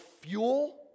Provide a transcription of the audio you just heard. fuel